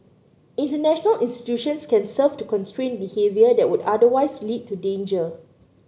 international institutions can serve to constrain behaviour that would otherwise lead to danger